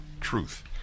truth